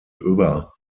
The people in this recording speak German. über